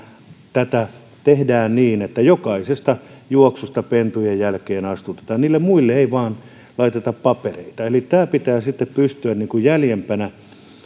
tätä tehdään niin että jokaisesta juoksusta pentujen jälkeen astutetaan niille muille ei vain laiteta papereita eli tätä pitää sitten pystyä jäljempänä